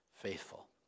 faithful